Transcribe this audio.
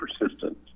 persistent